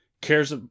cares